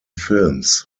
films